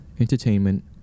entertainment